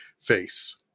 face